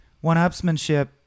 one-upsmanship